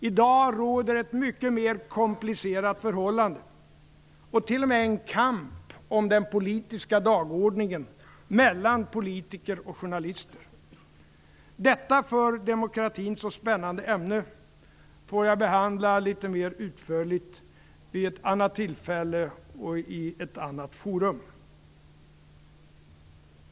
I dag råder ett mycket mer komplicerat förhållande och t.o.m. en kamp om den politiska dagordningen mellan politiker och journalister. Detta för demokratin så spännande ämne får jag behandla litet utförligare vid ett annat tillfälle och i ett annat forum.